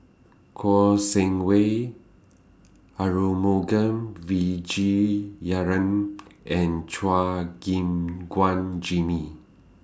Kouo Shang Wei Arumugam and Chua Gim Guan Jimmy